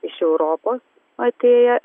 iš europos atėję